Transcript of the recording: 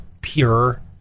pure